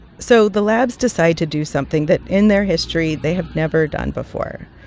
so the labs decided to do something that, in their history, they have never done before.